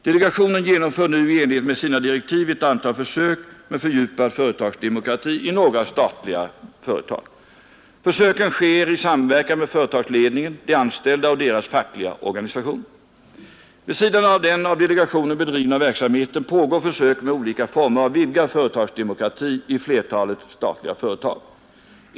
Delegationen genomför nu i enlighet med sina direktiv ett antal försök med fördjupad företagsdemokrati i några statliga företag. Försöken sker i samverkan med företagsledningen, de anställda och deras fackliga organisationer. Vid sidan av den av delegationen bedrivna verksamheten pågår försök med olika former av vidgad företagsdemokrati i flertalet statliga företag.